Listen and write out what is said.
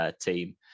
team